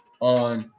on